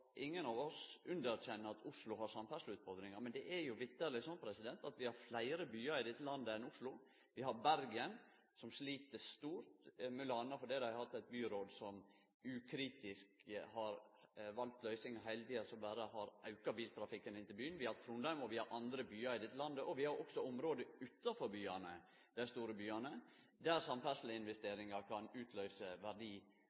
Ingen av oss underkjenner at Oslo har utfordringar innanfor samferdsel, men det er jo sjølvsagt sånn at vi har fleire byar i landet enn Oslo. Vi har Bergen som slit stort, m.a. fordi dei har hatt eit byråd som ukritisk har valt løysingar heile tida som berre har auka biltrafikken inn til byen. Vi har Trondheim, og vi har andre byar i dette landet. Vi har også område utenfor byane – dei store byane – der